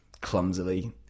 clumsily